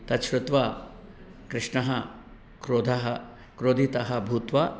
तत्श्रुत्वा कृष्णः क्रोधः क्रोधितः भूत्वा